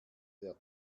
der